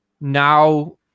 now